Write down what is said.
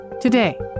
today